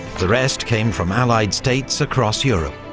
the rest came from allied states across europe.